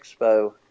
expo